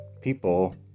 people